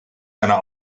seiner